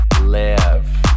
Live